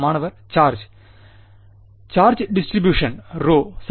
மாணவர் charge charge distribution ρ சரி